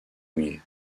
mouillé